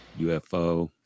UFO